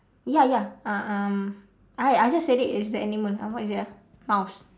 ya ya uh um I I just said it it's the animal uh what is it ah mouse